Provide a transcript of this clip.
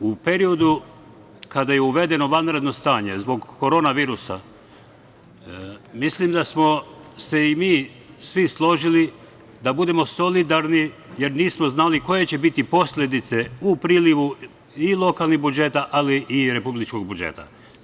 U periodu kada je uvedeno vanredno stanje zbog korona virusa mislim da smo se i mi svi složili da budemo solidarni, jer nismo znali koje će biti posledice u prilivu i lokalnih budžeta, ali i republičkog budžeta.